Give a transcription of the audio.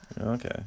Okay